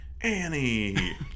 Annie